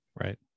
right